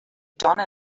done